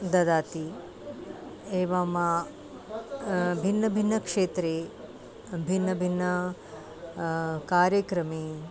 ददाति एवम भिन्नभिन्नक्षेत्रे भिन्नभिन्ने कार्यक्रमे